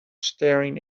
staring